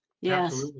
Yes